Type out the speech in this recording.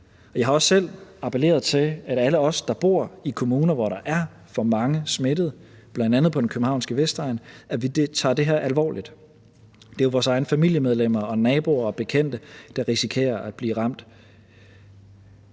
Jeg har også selv appelleret til, at alle os, der bor i kommuner, hvor der er for mange smittede, bl.a. på den københavnske vestegn, tager det her alvorligt. Det er jo vores egne familiemedlemmer og naboer og bekendte, der risikerer at blive ramt.